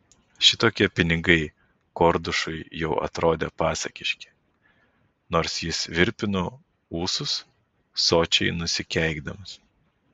šitokie pinigai kordušui jau atrodė pasakiški nors jis virpino ūsus sočiai nusikeikdamas